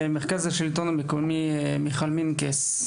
מיכל מנקס,